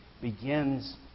begins